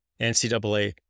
NCAA